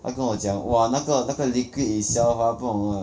他跟我讲 !wah! 那个那个 liquid itself ah 不懂 ah